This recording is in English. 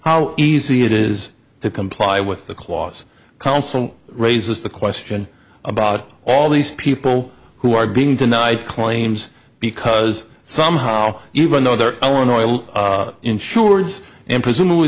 how easy it is to comply with the clause counsel raises the question about all these people who are being denied claims because somehow even though their own oil insurers and presumably